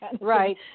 right